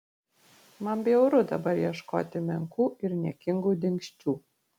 man bjauru dabar ieškoti menkų ir niekingų dingsčių